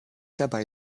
dabei